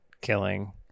killing